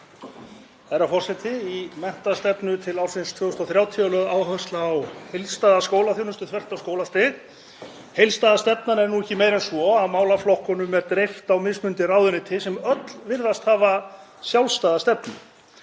Herra forseti. Í menntastefnu til ársins 2030 er lögð áhersla á heildstæða skólaþjónustu þvert á skólastig. Heildstæða stefnan er ekki meiri en svo að málaflokkunum er dreift á mismunandi ráðuneyti sem öll virðast hafa sjálfstæða stefnu.